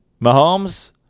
Mahomes